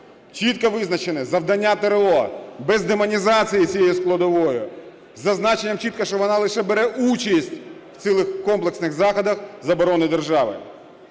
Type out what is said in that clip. Чітко визначене завдання ТрО бездемонізація цією складовою з зазначенням чітко, що вона лише бере участь в цілих комплексних заходах з оборони держави.